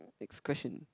next question